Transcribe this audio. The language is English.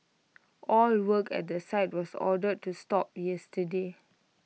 all work at the site was ordered to stop yesterday